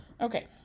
Okay